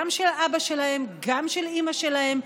גם של אבא שלהם, גם של אימא שלהם.